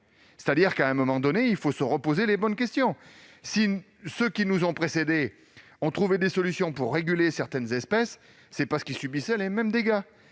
cela doit nous conduire à nous poser les bonnes questions : si ceux qui nous ont précédés ont trouvé des solutions pour réguler certaines espèces, c'est parce qu'ils subissaient les mêmes dégâts.